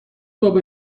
بابا